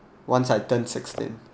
once I turned sixteen